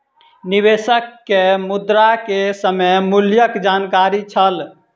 निवेशक के मुद्रा के समय मूल्यक जानकारी छल